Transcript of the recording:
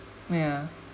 ya